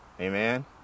Amen